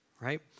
right